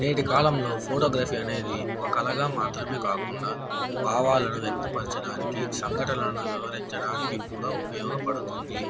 నేటి కాలంలో ఫోటోగ్రఫీ అనేది ఒక కళగా మాత్రమే కాకుండా భావాలను వ్యక్తపరచడానికి సంఘటలను వివరించడానికి కూడా ఉపయోగపడుతుంది